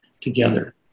together